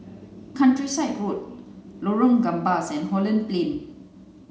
Countryside Road Lorong Gambas and Holland Plain